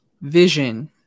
Vision